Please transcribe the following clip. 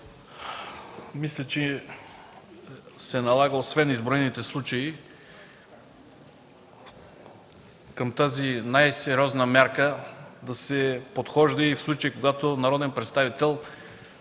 Мисля, че се налага, освен изброените случаи, към тази най-сериозна мярка да се подхожда и в случай, когато народен представител